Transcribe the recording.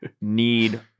need